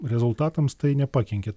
rezultatams tai nepakenkė